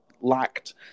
lacked